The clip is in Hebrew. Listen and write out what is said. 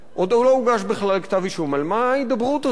עוד לא הוגש בכלל כתב אישום, על מה ההידברות הזאת?